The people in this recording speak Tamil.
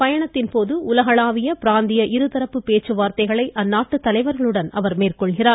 பயணத்தின்போது உலகளாவிய பிராந்திய இந்த இருதரப்பு பேச்சுவார்த்தைகளை அந்நாட்டு தலைவர்களுடன் அவர் மேற்கொள்கிறார்